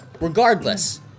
regardless